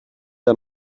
der